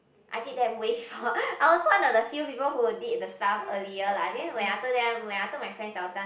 I did that way before I was one of the few people who did the stuff earlier like I think when I told them when I told my friends I was done